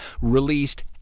Released